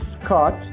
Scott